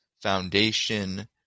foundation